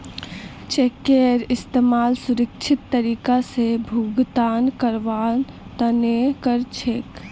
चेकेर इस्तमाल सुरक्षित तरीका स भुगतान करवार तने कर छेक